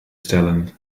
stellen